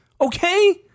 Okay